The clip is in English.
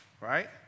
right